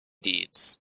deeds